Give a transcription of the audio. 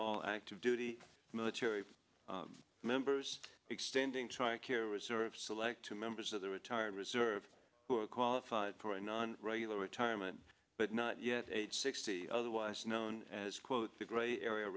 all active duty military members extending to our care reserve select members of the retired reserve who are qualified for a non regular retirement but not yet age sixty otherwise known as quote the grey area